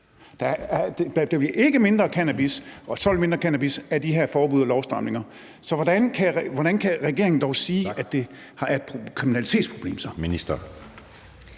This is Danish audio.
Der bliver ikke mindre cannabis eller solgt mindre cannabis af de her forbud og lovstramninger. Så hvordan kan regeringen dog sige, at det er et kriminalitetsproblem?